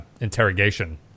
interrogation